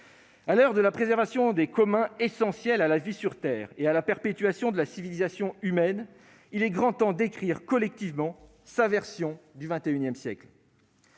À l'heure de la préservation des communs essentiels à la vie sur terre et à la perpétuation de la civilisation humaine, il est grand temps d'en écrire collectivement la version du XXI siècle.